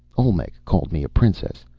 olmec called me a princess.